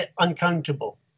uncountable